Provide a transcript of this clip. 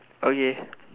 okay